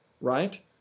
right